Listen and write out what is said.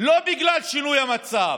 לא בגלל שינוי המצב,